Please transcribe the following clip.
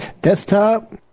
Desktop